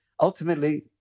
ultimately